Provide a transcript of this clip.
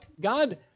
God